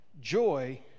joy